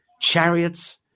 chariots